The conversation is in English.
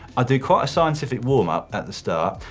ah did quite a scientific warmup at the start,